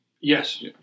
Yes